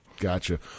Gotcha